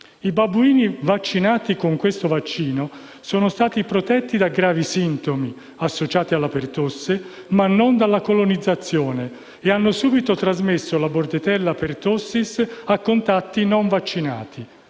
I babbuini vaccinati con tale vaccino sono stati protetti da gravi sintomi associati alla pertosse, ma non dalla colonizzazione e hanno subito trasmesso la *bordetella pertussis* a contatti non vaccinati.